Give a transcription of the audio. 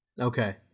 Okay